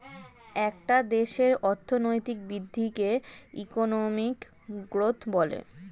একটা দেশের অর্থনৈতিক বৃদ্ধিকে ইকোনমিক গ্রোথ বলে